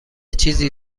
چیزی